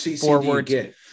forward